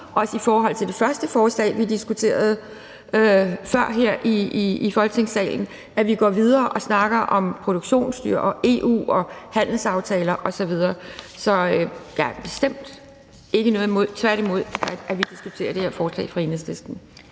Også i forhold til det første forslag, vi diskuterede før her i Folketingssalen, sådan at vi går videre og snakker om produktionsdyr og EU og handelsaftaler osv. Så jeg har bestemt ikke noget imod – tværtimod – at vi diskuterer det her forslag fra Enhedslisten.